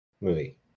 movie